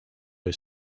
her